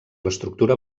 l’estructura